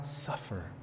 suffer